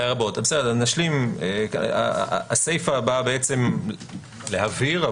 הסיפא באה להבהיר,